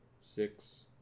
six